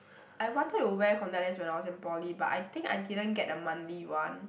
I wanted to wear contact lens when I was in poly but I think I didn't get the monthly one